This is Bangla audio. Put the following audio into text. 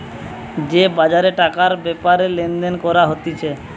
যে বাজারে টাকার ব্যাপারে লেনদেন করা হতিছে